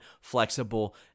flexible